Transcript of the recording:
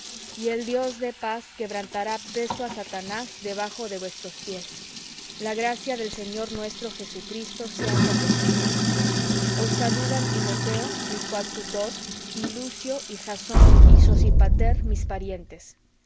y el dios de paz quebrantará presto á satanás debajo de vuestros pies la gracia del señor nuestro jesucristo con vosotros os saludan timoteo mi coadjutor y lucio y jasón y sosipater mis parientes